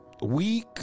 week